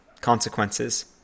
consequences